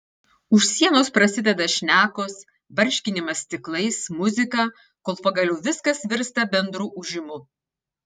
už sienos prasideda šnekos barškinimas stiklais muzika kol pagaliau viskas virsta bendru ūžimu